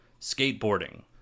skateboarding